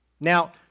Now